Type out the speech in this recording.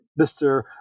Mr